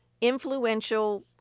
influential